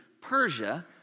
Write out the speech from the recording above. Persia